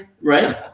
Right